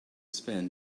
spend